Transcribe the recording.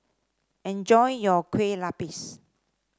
enjoy your Kue Lupis